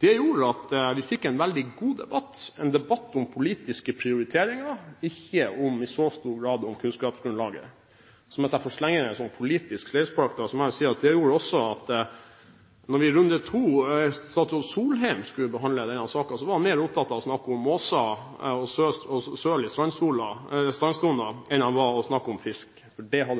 Det gjorde at vi fikk en veldig god debatt, en debatt om politiske prioriteringer, ikke i så stor grad en debatt om kunnskapsgrunnlaget. Hvis jeg får slenge inn et politisk sleivspark, vil jeg si at da statsråd Solheim skulle behandle denne saken i runde nr. 2, var han mer opptatt av å snakke om måker og søl i strandsonen enn han var opptatt av å snakke om fisk.